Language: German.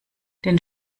den